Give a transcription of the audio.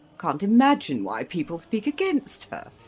can't imagine why people speak against her.